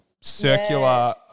circular –